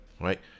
right